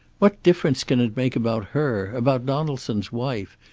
what difference can make about her? about donaldson's wife?